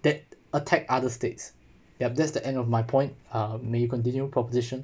that attack other states yup that's the end of my point uh may continue proposition